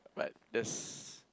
but there's